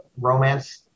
romance